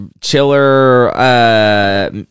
chiller